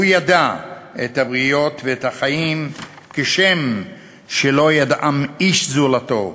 הוא ידע את הבריות ואת החיים כשם שלא ידעם איש זולתו,